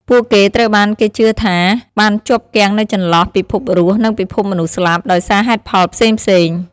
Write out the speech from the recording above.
ពួកគេត្រូវបានគេជឿថាបានជាប់គាំងនៅចន្លោះពិភពរស់ និងពិភពមនុស្សស្លាប់ ដោយសារហេតុផលផ្សេងៗ។